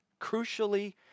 crucially